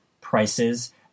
prices